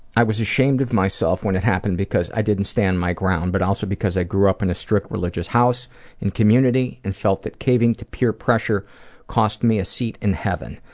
i was ashamed of myself when it happened because i didn't stand my ground, but also because i grew up in a strict religious house and community and felt that caving to peer pressure cost me a seat in heaven.